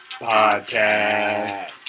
Podcast